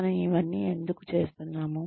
మనం ఇవన్నీ ఎందుకు చేస్తున్నాము